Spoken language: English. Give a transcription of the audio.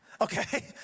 okay